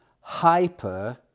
hyper